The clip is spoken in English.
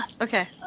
Okay